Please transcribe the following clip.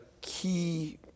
key